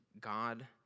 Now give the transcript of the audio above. god